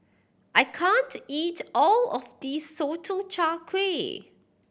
I can't eat all of this Sotong Char Kway